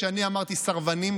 כשאני אמרתי "סרבנים".